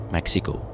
Mexico